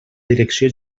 direcció